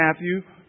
Matthew